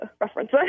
reference